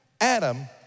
Adam